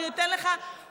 אני אגיד לך,